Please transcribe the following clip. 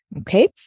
Okay